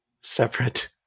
separate